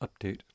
update